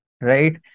right